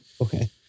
Okay